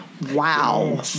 wow